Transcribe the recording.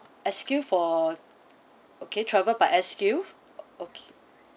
S_Q for okay travel by S_Q okay